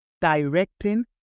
directing